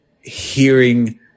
hearing